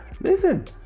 listen